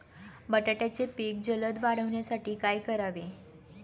बटाट्याचे पीक जलद वाढवण्यासाठी काय करावे?